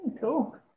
cool